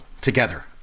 together